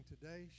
today